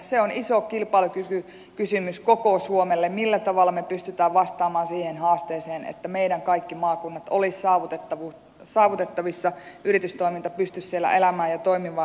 se on iso kilpailukykykysymys koko suomelle millä tavalla me pystymme vastaamaan siihen haasteeseen että meidän kaikki maakunnat olisivat saavutettavissa yritystoiminta pystyisi siellä elämään ja toimimaan asianmukaisesti